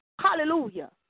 Hallelujah